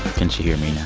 can she hear me now?